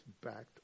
backed